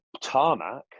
tarmac